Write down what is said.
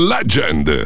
Legend